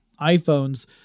iPhones